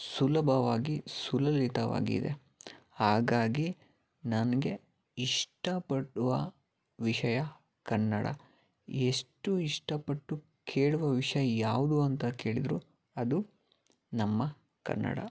ಸುಲಭವಾಗಿ ಸುಲಲಿತವಾಗಿದೆ ಹಾಗಾಗಿ ನನಗೆ ಇಷ್ಟಪಡುವ ವಿಷಯ ಕನ್ನಡ ಎಷ್ಟು ಇಷ್ಟಪಟ್ಟು ಕೇಳುವ ವಿಷಯ ಯಾವುದು ಅಂತ ಕೇಳಿದರು ಅದು ನಮ್ಮ ಕನ್ನಡ